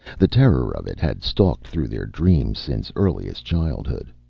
the terror of it had stalked through their dreams since earliest childhood.